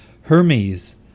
Hermes